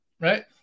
Right